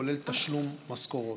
כולל תשלום משכורות,